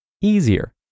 easier